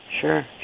Sure